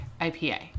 IPA